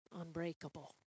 unbreakable